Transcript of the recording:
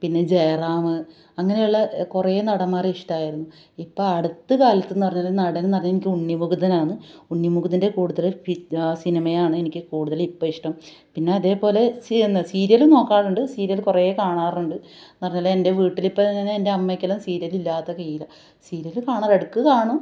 പിന്നെ ജയറാമ് അങ്ങനെയുള്ള കുറെ നടന്മാരെ ഇഷ്ടമായിരുന്നു ഇപ്പോൾ ആടുത്ത് കാലത്ത് എന്ന് പറഞ്ഞാല് നടൻ എന്ന് പറഞ്ഞാല് എനിക്ക് ഉണ്ണി മുകുന്ദനാണ് ഉണ്ണി മുകുന്ദൻ്റെ കൂടുതല് പിക് സിനിമയാണ് എനിക്ക് കൂടുതല് ഇപ്പോൾ ഇഷ്ടം പിന്നെ അതേ പോലെ സീരിയലും നോക്കാറുണ്ട് സീരിയല് കുറെ കാണാറുണ്ട് എന്ന് പറഞ്ഞാല് എൻ്റെ വീട്ടില് ഇപ്പോൾ എൻ്റെ അമ്മയ്ക്ക് എല്ലം സീരിയല് ഇല്ലാതെ കഴിയില്ല സീരിയല് കാണും ഇടക്ക് കാണും